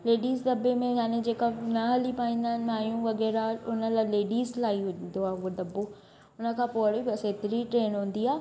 ladies दॿे में यानि जेका न हली पाईंदा आहिनि माइयूं वगै़राह हुन लाइ लेडीस लाइ ईंदो आहे हुओ दॿो हुनखां पोइ वरी बसि एतिरी ट्रेन हूंदी आहे